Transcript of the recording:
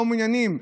לא מעוניינים,